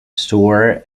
store